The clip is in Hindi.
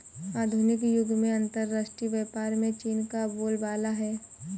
आधुनिक युग में अंतरराष्ट्रीय व्यापार में चीन का बोलबाला है